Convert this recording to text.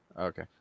okay